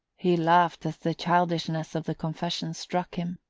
he laughed as the childishness of the confession struck him.